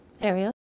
area